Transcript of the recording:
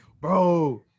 bro